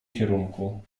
kierunku